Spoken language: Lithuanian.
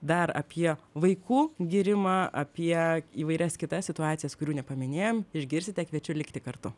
dar apie vaikų gyrimą apie įvairias kitas situacijas kurių nepaminėjom išgirsite kviečiu likti kartu